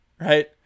Right